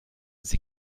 sie